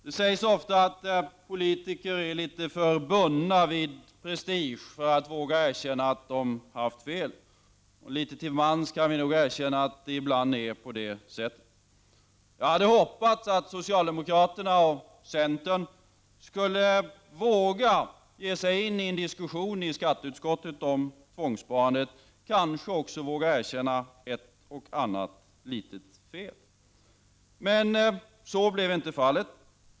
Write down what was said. Det sägs ofta att politiker är litet för bundna till prestige för att våga erkänna att de haft fel. Vi kan nog litet till mans erkänna att det ibland är på det sättet. Jag hade hoppats att de socialdemokratiska och centerpartistiska ledamöterna i skatteutskottet skulle våga ge sig in i en diskussion om tvångssparandet och kanske också våga erkänna ett och ett annat litet fel. Men så blev inte fallet.